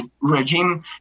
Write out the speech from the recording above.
regime